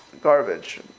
garbage